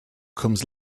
comes